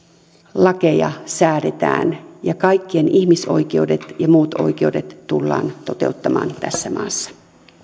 lakeja säädetään ja kaikkien ihmisoikeudet ja muut oikeudet tullaan toteuttamaan tässä maassa